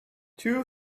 two